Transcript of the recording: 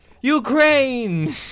Ukraine